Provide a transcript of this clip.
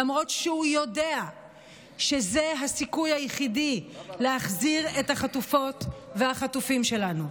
למרות שהוא יודע שזה הסיכוי היחיד להחזיר את החטופות והחטופים שלנו.